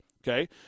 okay